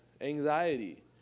anxiety